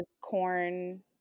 corn